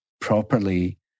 properly